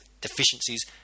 deficiencies